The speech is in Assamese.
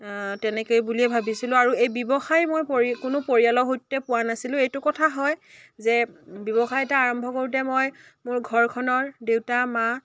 তেনেকেই বুলিয়ে ভাবিছিলোঁ আৰু এই ব্যৱসায় মই পৰি কোনো পৰিয়ালৰ সূত্ৰে পোৱা নাছিলোঁ এইটো কথা হয় যে ব্যৱসায় এটা আৰম্ভ কৰোঁতে মই মোৰ ঘৰখনৰ দেউতা মা